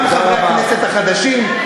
גם חברי הכנסת החדשים,